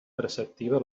preceptiva